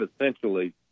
essentially